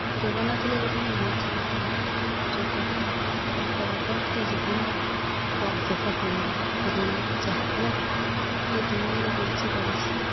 ଯୋଗ ନଥିଲେ ବୋଧେ ମୁଁ ବଞ୍ଚିନଥାନ୍ତି ଯୋଗ ହିଁ ମୋର ଏକ ରୋଗମୁକ୍ତ ଜୀବନର ଏକ ଅଶେଷ ପରିଣାମ ମୁଁ ଯାହା ଫଳରେ ମୁଁ ଏ ଦୁନିଆରେ ବଞ୍ଚିପାରିଛିି